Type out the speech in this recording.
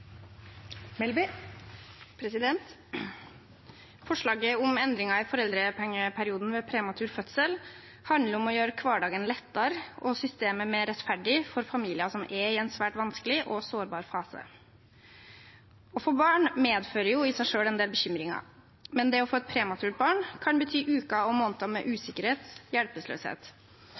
Forslaget om endringer i foreldrepengeperioden ved prematur fødsel handler om gjøre hverdagen lettere og systemet mer rettferdig for familier som er i en svært vanskelig og sårbar fase. Å få barn medfører jo i seg selv en del bekymringer, men det å få et prematurt barn kan bety uker og måneder med usikkerhet